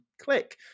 click